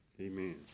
amen